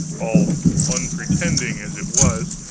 all unpretending as it was,